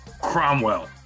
Cromwell